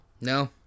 No